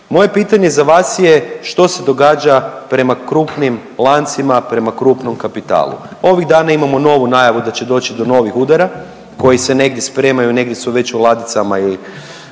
Moje pitanje za vas je, što se događa prema krupnim lancima i prema krupnom kapitalu? Ovih dana imamo novu najavu da će doći do novih udara koji se negdje spremaju, negdje su već u ladicama i